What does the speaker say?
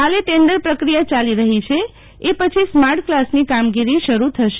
હાલે ટેન્ડર પ્રક્રિયા ચાલી રહી છ અ પછી સ્માર્ટ કલાસની કામગીરી શરૂ થશે